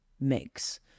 mix